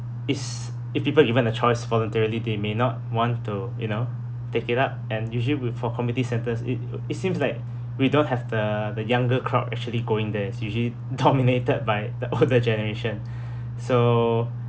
is if people given a choice voluntarily they may not want to you know take it up and usually with for committee centres it uh it seems like we don't have the the younger crowd actually going there it's usually dominated by the older generation so